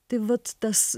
tai vat tas